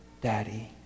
daddy